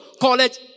college